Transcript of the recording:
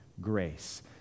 grace